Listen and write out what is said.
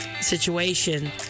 situation